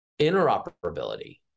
interoperability